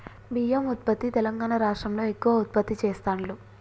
బియ్యం ఉత్పత్తి తెలంగాణా రాష్ట్రం లో ఎక్కువ ఉత్పత్తి చెస్తాండ్లు